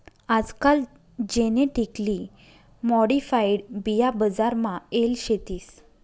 आजकाल genetically modified बिया बजार मा येल शेतीस